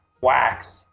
wax